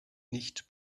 nicht